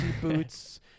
boots